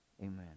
amen